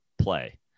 play